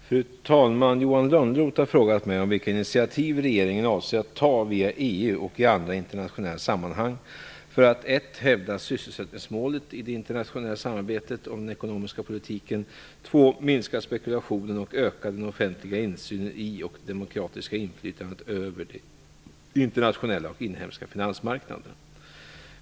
Fru talman! Johan Lönnroth har frågat mig om vilka initiativ regeringen avser att ta via EU och i andra internationella sammanhang för att hävda sysselsättningsmålet i det internationella samarbetet om den ekonomiska politiken, minska spekulationen och öka den offentliga insynen i och det demokratiska inflytandet över de internationella och inhemska finansmarknaderna.